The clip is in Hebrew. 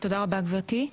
כן, תודה רבה גברתי.